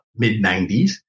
mid-90s